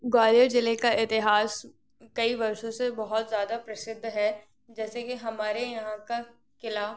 ग्वालिअर ज़िले का इतिहास कई वर्षों से बहुत ज़्यादा प्रसिद्ध है जैसे कि हमारे यहाँ का क़िला